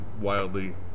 wildly